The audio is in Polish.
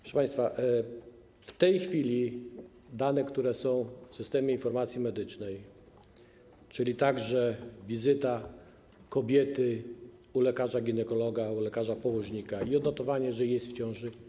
Proszę państwa, w tej chwili dane, które są w systemie informacji medycznej, czyli także te dotyczące wizyty kobiety u lekarza ginekologa, u lekarza położnika, odnotowanie, że jest w ciąży.